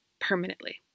permanently